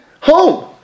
home